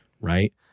Right